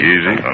Easy